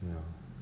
ya